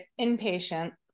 inpatient